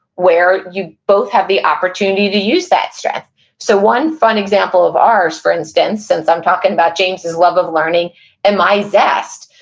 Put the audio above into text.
where you both have the opportunity to use that strength so one fun example of ours, for instance, since i'm talking about james' love of learning and my zest.